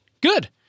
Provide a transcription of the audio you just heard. Good